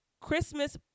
Christmas